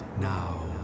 Now